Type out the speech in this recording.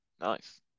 Nice